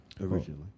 Originally